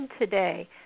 today